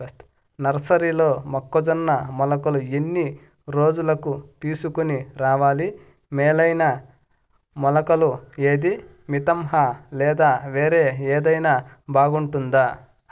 నర్సరీలో మొక్కజొన్న మొలకలు ఎన్ని రోజులకు తీసుకొని రావాలి మేలైన మొలకలు ఏదీ? మితంహ లేదా వేరే ఏదైనా బాగుంటుందా?